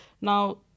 Now